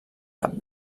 cap